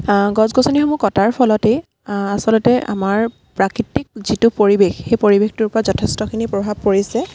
গছ গছনিসমূহ কটাৰ ফলতেই আচলতে আমাৰ প্ৰাকৃতিক যিটো পৰিৱেশ সেই পৰিৱেশটোৰ পৰা যথেষ্টখিনি প্ৰভাৱ পৰিছে